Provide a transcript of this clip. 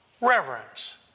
reverence